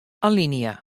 alinea